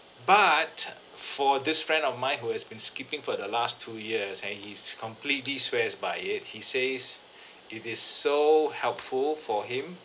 but for this friend of mine who has been skipping for the last two years and he's completely swears by it he says it is so helpful for him